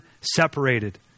separated